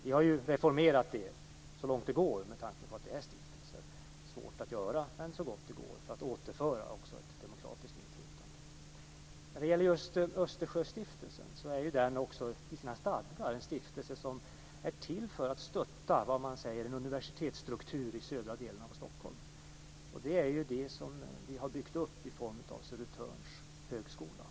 Vi har ju reformerat det så långt det går, med tanke på att det är stiftelser. Det är svårt, men vi har gjort det så gott det går för att återinföra ett demokratiskt inflytande. När det gäller just Östersjöstiftelsen är den i sina stadgar en stiftelse som är till för att stötta en universitetsstruktur i södra delen av Stockholm. Det är det vi har byggt upp i form av Södertörns högskola.